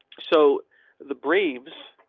so the braves.